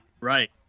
right